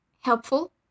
helpful